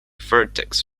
vertex